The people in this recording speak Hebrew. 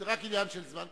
רק עניין של זמן...